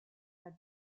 had